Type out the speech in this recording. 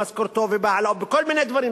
במשכורתו ובכל מיני דברים,